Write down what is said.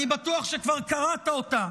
אני בטוח שכבר קראת אותה,